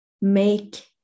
make